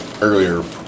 earlier